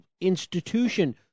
institution